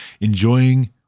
Enjoying